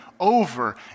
over